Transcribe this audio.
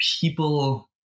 people